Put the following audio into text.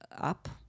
up